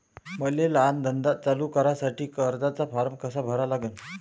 मले लहान धंदा चालू करासाठी कर्जाचा फारम कसा भरा लागन?